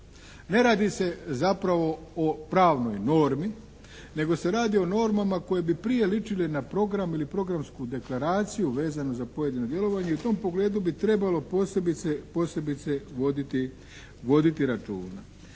ne radi se zapravo o pravnoj normi nego se radi o normama koje bi prije ličile na program ili programsku deklaraciju vezanu za pojedino djelovanje i u tom pogledu bi trebalo posebice voditi računa.